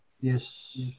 yes